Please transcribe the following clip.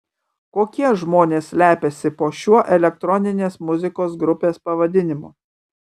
kokie žmonės slepiasi po šiuo elektroninės muzikos grupės pavadinimu